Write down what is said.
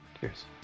Cheers